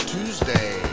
Tuesday